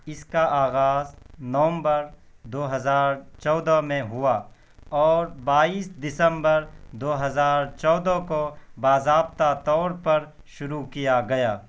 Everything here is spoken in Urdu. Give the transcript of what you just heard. اس کا آغاز نومبر دو ہزار چودہ میں ہوا اور بائیس دسمبر دو ہزار چودہ کو باضابطہ طور پر شروع کیا گیا